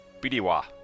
bidiwa